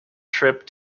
trip